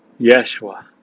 Yeshua